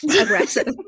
aggressive